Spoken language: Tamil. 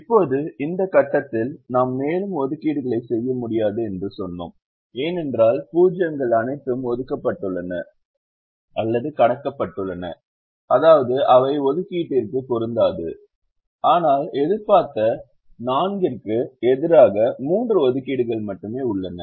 இப்போது இந்த கட்டத்தில் நாம் மேலும் ஒதுக்கீடுகளைச் செய்ய முடியாது என்று சொன்னோம் ஏனென்றால் 0 கள் அனைத்தும் ஒதுக்கப்பட்டுள்ளன அல்லது கடக்கப்பட்டுள்ளன அதாவது அவை ஒதுக்கீட்டிற்கு பொருந்தாது ஆனால் எதிர்பார்த்த 4 க்கு எதிராக 3 ஒதுக்கீடுகள் மட்டுமே உள்ளன